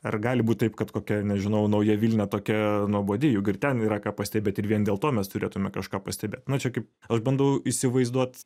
ar gali būt taip kad kokia nežinau nauja vilnia tokia nuobodi juk ir ten yra ką pastebėt ir vien dėl to mes turėtume kažką pastebėt nu čia kaip aš bandau įsivaizduot